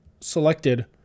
selected